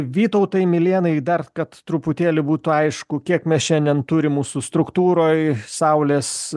vytautai milėnai dar kad truputėlį būtų aišku kiek mes šiandien turim mūsų struktūroj saulės